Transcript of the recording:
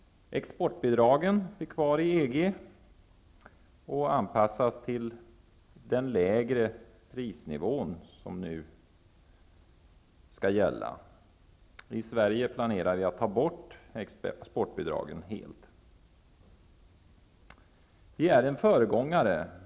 Exportbidragen blir kvar i EG och anpassas till den lägre prisnivå som nu skall gälla. I Sverige planerar man att helt ta bort exportbidragen. Vi i Sverige är föregångare.